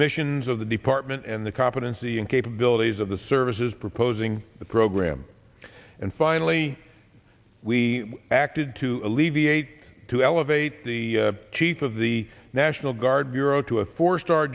missions of the department and the competency and capabilities of the services proposing the program and finally we acted to alleviate to elevate the chief of the national guard bureau to a four star